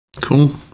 Cool